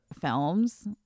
films